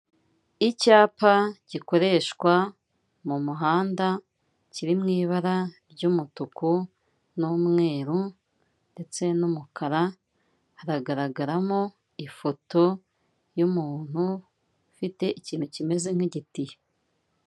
Icyapa gikoreshwa mu muhanda kiri mu ibara ry'umutuku n'umweru ndetse n'umukara, haragaragaramo ifoto y'umuntu ufite ikintu kimeze nk'igitiyo.